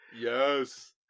Yes